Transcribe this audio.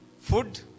food